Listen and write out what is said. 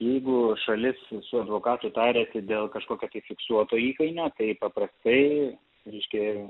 jeigu šalis su advokatu tariasi dėl kažkokio tai fiksuoto įkainio tai paprastai reiškia